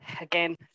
again